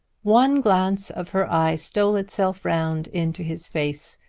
one glance of her eye stole itself round into his face,